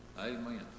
Amen